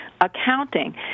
accounting